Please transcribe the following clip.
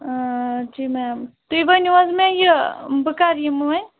جی ma'am تُہۍ ؤنیُو حظ مےٚ یہِ بہٕ کَر یِمہٕ ؤنۍ